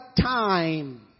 time